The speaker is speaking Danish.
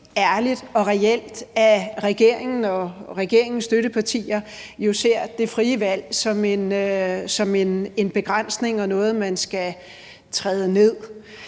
ærligt og reelt, at regeringen og regeringens støttepartier ser det frie valg som en begrænsning og noget, man skal træde ned.